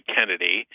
Kennedy